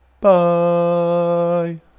Bye